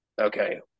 okay